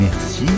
Merci